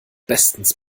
bestens